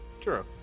true